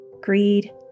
greed